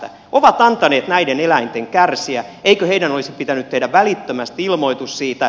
he ovat antaneet näiden eläinten kärsiä eikö heidän olisi pitänyt tehdä välittömästi ilmoitus siitä